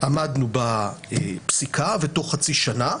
עמדנו בפסיקה תוך חצי שנה.